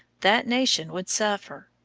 that nation would suffer.